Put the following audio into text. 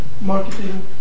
marketing